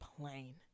plain